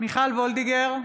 מיכל וולדיגר,